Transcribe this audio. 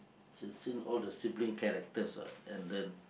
all the sibling characters what and then